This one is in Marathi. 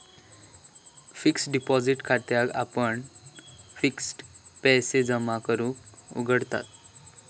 फिक्स्ड डिपॉसिट खात्याक आपण फिक्स्ड पैशे जमा करूक उघडताव